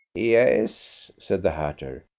yes, said the hatter.